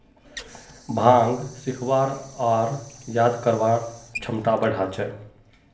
भांग सीखवार आर याद करवार क्षमता बढ़ा छे